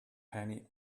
penny